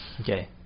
Okay